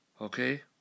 Okay